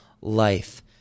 life